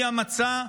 היא המצע,